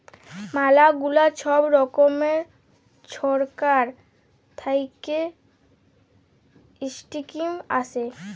ম্যালা গুলা ছব রকমের ছরকার থ্যাইকে ইস্কিম আসে